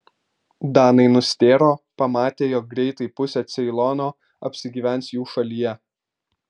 danai nustėro pamatę jog greitai pusė ceilono apsigyvens jų šalyje